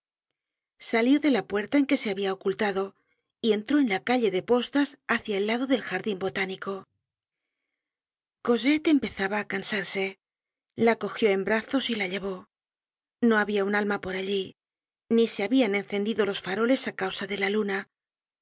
salió de la puerta en que se había ocultado y entró en l i calle de postas hácia el lado del jardin botánico cosette empezaba á cansarse la cogió en brazos y la llevó no había un alma por allí ni se habían encendido los faroles á causa de la luna